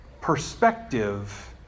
perspective